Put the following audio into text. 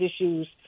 issues